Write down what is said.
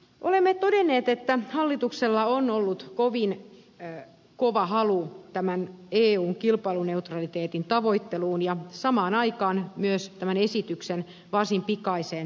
olemme todenneet että hallituksella on ollut kovin kova halu eun kilpailuneutraliteetin tavoitteluun ja samaan aikaan myös tämän esityksen varsin pikaiseen läpivientiin